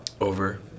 Over